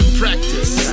practice